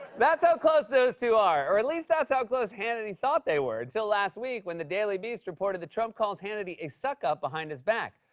that's how close those two are, or at least, that's how close hannity thought they were until last week, when the daily beast reported that trump calls hannity a suck-up behind his back.